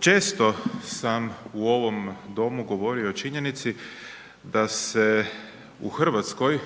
Često sam u ovom Domu govorio o činjenici da se u Hrvatskoj